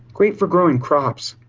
great for growing crops.